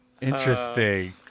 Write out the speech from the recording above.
Interesting